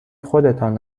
خودتان